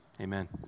Amen